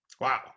Wow